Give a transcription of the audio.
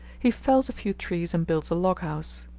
he fells a few trees and builds a loghouse.